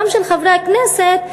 גם של חברי הכנסת,